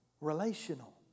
Relational